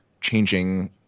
changing